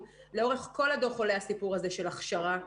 לאורך כל הדוח עולה הנושא הזה של הכשרה.